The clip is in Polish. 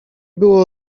było